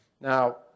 Now